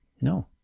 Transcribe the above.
no